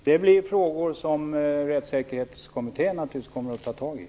Fru talman! Detta blir naturligtvis frågor som Rättssäkerhetskommittén kommer att ta itu med.